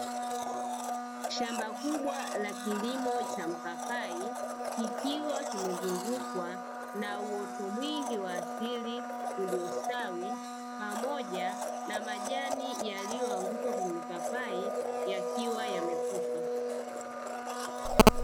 Shamba kubwa la kilimo cha mpapai kikiwa kimezungukwa na uoto mwingi wa asili ulio stawi pamoja na majani yaliyoanguka kwenye mipapai yakiwa yamekufa.